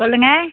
சொல்லுங்கள்